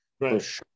right